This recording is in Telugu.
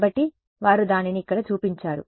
కాబట్టి వారు దానిని ఇక్కడ చూపించారు